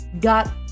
got